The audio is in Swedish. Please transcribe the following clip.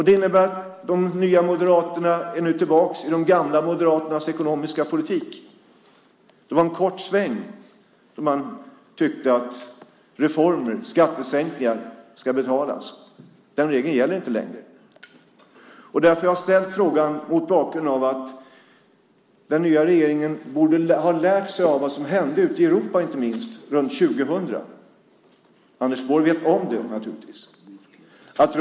Det innebär att Nya moderaterna är tillbaka i de gamla moderaternas ekonomiska politik. De gjorde en kort sväng då de tyckte att reformer och skattesänkningar skulle betalas. Den regeln gäller inte längre. Jag har ställt interpellationen mot bakgrund av att den nya regeringen borde ha lärt sig inte minst av vad som hände ute i Europa runt 2000. Anders Borg vet naturligtvis om det.